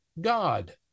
God